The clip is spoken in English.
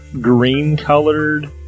green-colored